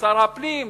לשר הפנים,